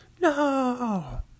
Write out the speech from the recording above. No